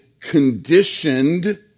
conditioned